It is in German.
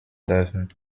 dürfen